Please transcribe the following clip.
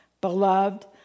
beloved